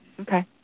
Okay